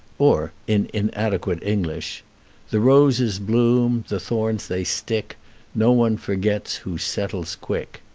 or, in inadequate english the roses bloom, the thorns they stick no one forgets who settles quick.